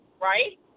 right